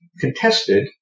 contested